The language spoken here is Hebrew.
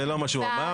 זה לא מה שהוא אמר.